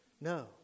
No